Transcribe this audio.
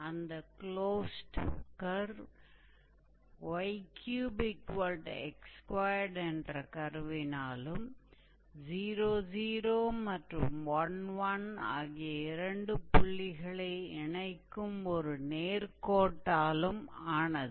அந்த closed curve 𝑦3𝑥2 என்ற கர்வினாலும் 0 0 மற்றும் 1 1 ஆகிய இரண்டு புள்ளிகளை இணைக்கும் ஒரு நேர்க்கோட்டினாலும் ஆனது